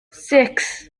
six